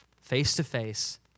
face-to-face